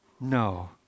No